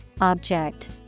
object